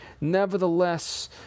nevertheless